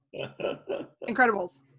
Incredibles